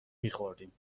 میخوردیم